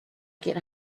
get